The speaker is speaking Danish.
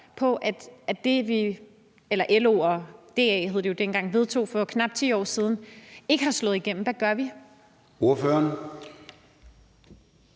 jo dengang, vedtog for knap 10 år siden, ikke har slået igennem? Hvad gør vi?